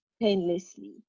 painlessly